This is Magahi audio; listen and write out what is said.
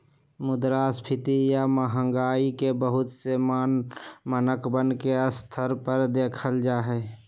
मुद्रास्फीती या महंगाई के बहुत से मानकवन के स्तर पर देखल जाहई